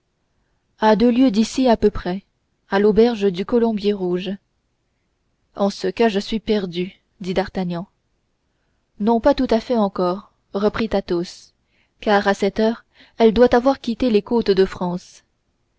à deux lieues d'ici à peu près à l'auberge du colombier rouge en ce cas je suis perdu dit d'artagnan non pas tout à fait encore reprit athos car à cette heure elle doit avoir quitté les côtes de france